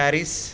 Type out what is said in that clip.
Paris